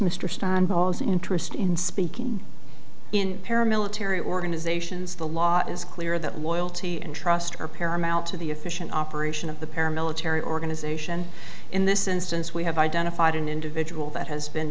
ball's interest in speaking in paramilitary organizations the law is clear that while t and trust are paramount to the efficient operation of the paramilitary organization in this instance we have identified an individual that has been